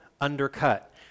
undercut